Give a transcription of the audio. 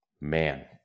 Man